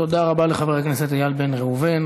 תודה רבה לחבר הכנסת איל בן ראובן.